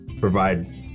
provide